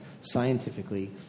scientifically